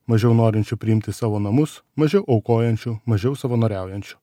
mažiau norinčių priimti savo namus mažiau aukojančių mažiau savanoriaujančių